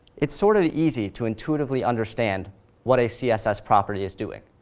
it's sort of easy to intuitively understand what a css property is doing.